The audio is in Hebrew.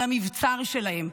על המבצר שלהן,